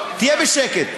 תהיה בשקט.